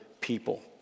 people